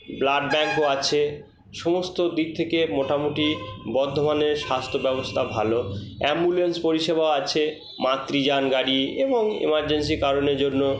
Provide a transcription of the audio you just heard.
blood ব্যাঙ্কও আছে সমস্ত দিক থেকে মোটামুটি বর্ধমানের স্বাস্থ্য ব্যবস্থা ভালো অ্যাম্বুলেন্স পরিষেবা আছে মাতৃযান গাড়ি এবং এমার্জেন্সি কারণের জন্য